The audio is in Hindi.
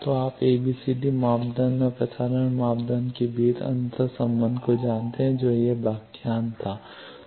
तो अब आप एबीसीडी मापदंड और प्रसारण मापदंड के बीच के अंतरसंबंध को जानते हैं जो यह व्याख्यान था